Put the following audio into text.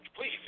Please